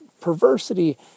perversity